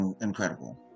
incredible